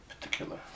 particular